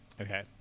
Okay